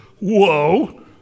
Whoa